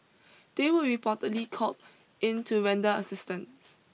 they were reportedly called in to render assistance